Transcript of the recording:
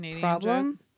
problem